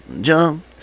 jump